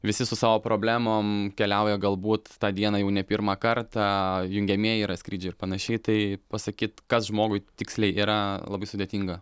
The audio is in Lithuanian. visi su savo problemom keliauja galbūt tą dieną jau ne pirmą kartą jungiamieji yra skrydžiai ir panašiai tai pasakyt kas žmogui tiksliai yra labai sudėtinga